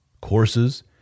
courses